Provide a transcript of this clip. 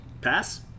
Pass